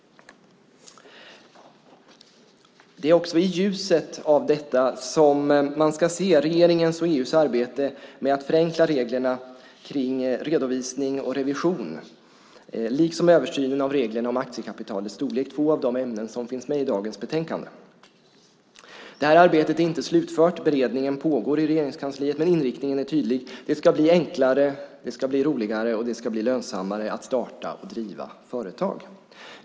Det är också i ljuset av detta som man ska se regeringens och EU:s arbete med att förenkla reglerna kring redovisning och revision liksom översynen av reglerna om aktiekapitalets storlek. Det är två av de ämnen som finns med i dagens betänkande. Det här arbetet är inte slutfört. Beredningen pågår i Regeringskansliet. Men inriktningen är tydlig. Det ska bli enklare, roligare och lönsammare att starta och driva företag.